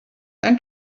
then